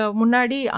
munadi